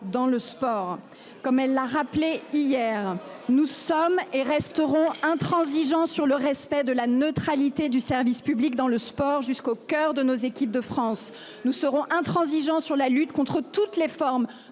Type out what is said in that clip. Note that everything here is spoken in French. dans le sport. Comme la Première ministre l'a rappelé hier, nous sommes et resterons intransigeants sur le respect de la neutralité du service public dans le sport jusqu'au coeur de nos équipes de France. Nous serons intransigeants sur la lutte contre toutes les formes